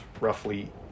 roughly